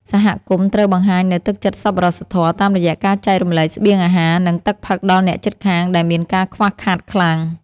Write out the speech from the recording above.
សហគមន៍ត្រូវបង្ហាញនូវទឹកចិត្តសប្បុរសធម៌តាមរយៈការចែករំលែកស្បៀងអាហារ និងទឹកផឹកដល់អ្នកជិតខាងដែលមានការខ្វះខាតខ្លាំង។